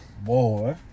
Boy